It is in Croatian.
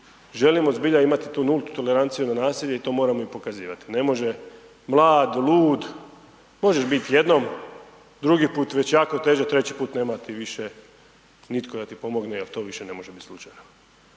želimo zbilja imati tu nultu toleranciju na nasilje i to moramo i pokazivati, ne može mlad, lud, možeš biti jednom, drugi put već jako teže, treći put nema ti više nitko da ti pomogne jel to više ne može bit slučajno,